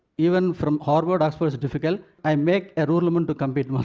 even from harvard, oxford, is difficult. i make a rural woman to compete with